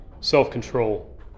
self-control